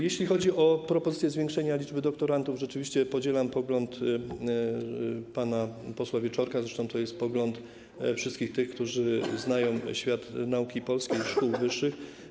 Jeśli chodzi o propozycję zwiększenia liczby doktorantów, rzeczywiście podzielam pogląd pana posła Wieczorka, zresztą to jest pogląd wszystkich tych, którzy znają świat nauki polskiej, szkół wyższych.